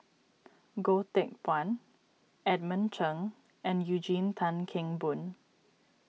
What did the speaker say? Goh Teck Phuan Edmund Cheng and Eugene Tan Kheng Boon